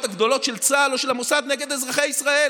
הגדולות של צה"ל ושל המוסד נגד אזרחי ישראל.